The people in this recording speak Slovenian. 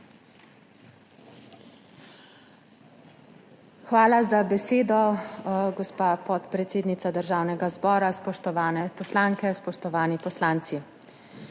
Hvala za besedo, gospa podpredsednica Državnega zbora. Spoštovane poslanke, spoštovani poslanci!